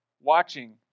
watching